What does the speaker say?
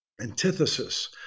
antithesis